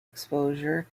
exposure